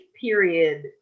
period